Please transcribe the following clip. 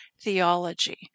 theology